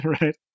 right